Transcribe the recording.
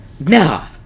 Nah